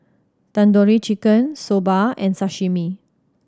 Tandoori Chicken Soba and Sashimi